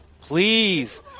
Please